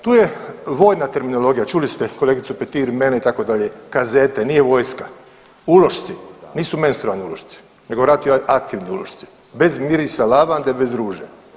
Tu je vojna terminologija, čuli ste kolegicu Petir, mene itd., kazete, nije vojska, ulošci, nisu menstrualni ulošci nego radioaktivni ulošci, bez mirisa lavande, bez ruže.